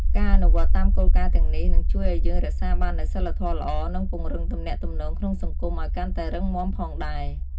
ការអនុវត្តតាមគោលការណ៍ទាំងនេះ នឹងជួយឲ្យយើងរក្សាបាននូវសីលធម៌ល្អ និងពង្រឹងទំនាក់ទំនងក្នុងសង្គមឲ្យកាន់តែរឹងមាំផងដែរ។